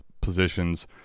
positions